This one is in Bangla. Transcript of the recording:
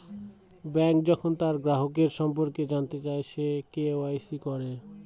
ব্যাঙ্ক যখন তার গ্রাহকের সম্পর্কে জানতে চায়, সে কে.ওয়া.ইসি করে